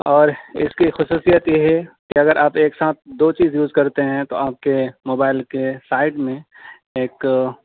اور اس کی خصوصیت یہ ہے کہ اگر آپ ایک ساتھ دو چیز یوز کرتے ہیں تو آپ کے موبائل کے سائڈ میں ایک